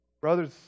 Brothers